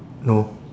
no